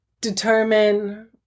determine